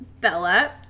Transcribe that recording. Bella